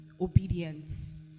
obedience